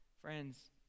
Friends